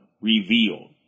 revealed